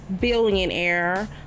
billionaire